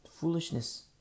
Foolishness